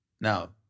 Now